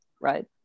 right